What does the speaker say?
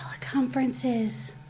teleconferences